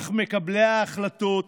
אך מקבלי ההחלטות